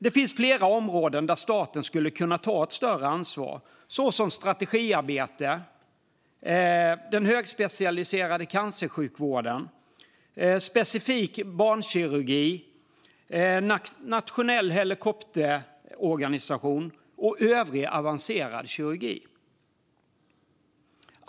Det finns flera områden där staten skulle kunna ta ett större ansvar, såsom strategiarbete, högspecialiserad cancersjukvård, nationell helikopterorganisation, specifik barnkirurgi och övrig avancerad kirurgi.